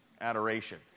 adoration